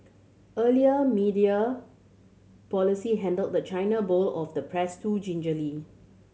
earlier media policy handled the China bowl of the press too gingerly